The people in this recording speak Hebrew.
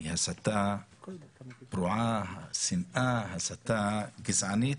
היא הסתה פרועה, שנאה, הסתה גזענית,